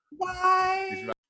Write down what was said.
Bye